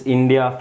India